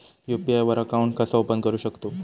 UPI वर account कसा open करू शकतव?